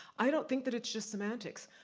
i don't think that it's just semantics,